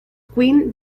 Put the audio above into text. quinn